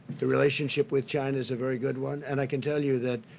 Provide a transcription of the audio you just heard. the relationship with china is a very good one, and i can tell you that,